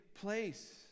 place